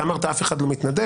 אתה אמרת, אף אחד לא מתנדב.